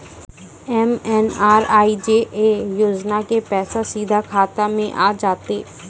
MNREGA योजना के पैसा सीधा खाता मे आ जाते?